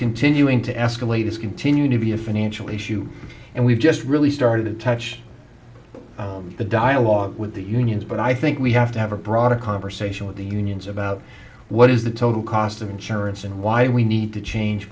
continuing to escalate is continue to be a financial issue and we've just really started to touch the dialogue with the unions but i think we have to have a broader conversation with the unions about what is the total cost of insurance and why we need to change